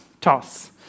Toss